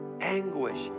anguish